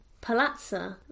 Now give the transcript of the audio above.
Palazzo